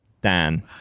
Dan